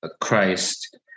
Christ